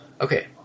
Okay